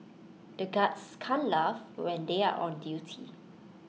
the guards can't laugh when they are on duty